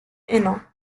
henan